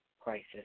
crisis